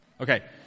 Okay